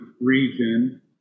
region